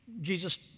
jesus